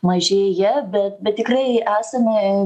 mažėja bet bet tikrai esame